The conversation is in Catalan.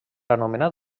anomenat